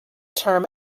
term